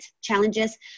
challenges